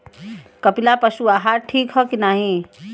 कपिला पशु आहार ठीक ह कि नाही?